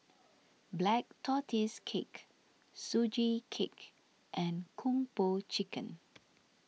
Black Tortoise Cake Sugee Cake and Kung Po Chicken